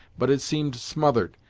but it seemed smothered,